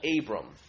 Abram